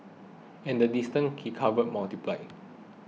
and the distances he covered multiplied